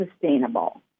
sustainable